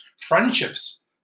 friendships